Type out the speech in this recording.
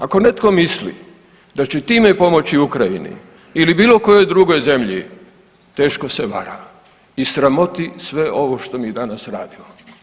Ako netko misli da će time pomoći Ukrajini ili bilo kojoj drugoj zemlji, teško se vara i sramoti sve ovo što mi danas radimo.